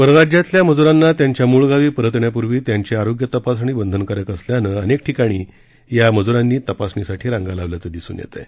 परराज्यातल्या मजुरांना त्यांच्या मूळ गावी परतण्यापूर्वी त्यांची आरोग्य तपासणी बंधनकारक असल्यानं अनेक ठिकाणी या मजुरांनी तपासणीसाठी रांगा लावल्याचं दिसून येत आहे